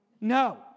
No